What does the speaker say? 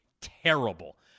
terrible